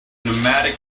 pneumatic